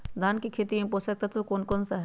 धान की खेती में पोषक तत्व कौन कौन सा है?